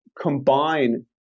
combine